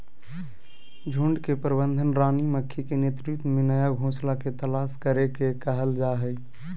झुंड के प्रबंधन रानी मक्खी के नेतृत्व में नया घोंसला के तलाश करे के कहल जा हई